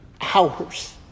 hours